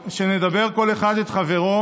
ושנדבר כל אחד את חברו